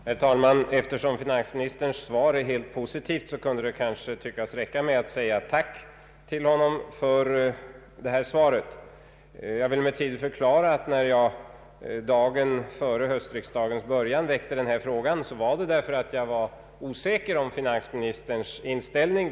Herr talman! Eftersom finansministerns svar är helt positivt kunde det kanske räcka med att tacka honom för svaret. Jag vill emellertid förklara att när jag dagen före höstriksdagens början väckte denna fråga var det därför att jag var osäker om finansministerns inställning.